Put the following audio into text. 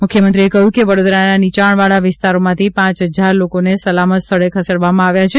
મુખ્યમંત્રીએ કહ્યું કે વડોદરાના નીચાણવાળા વિસ્તારોમાંથી પાંચ હજાર લોકોને સલામત સ્થળે ખસેડવામાં આવ્યા છે